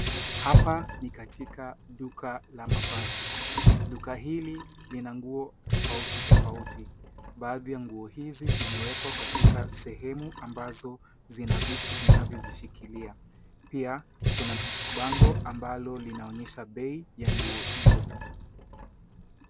Hapa ni katika duka la mavazi, duka hili lina nguo tofauti tofauti. Baadhi ya nguo hizi zimewekwa katika sehemu ambazo zina vitu vinavyovishikilia. Pia kuna bango ambalo linaloonyesha bei la nguo hizo.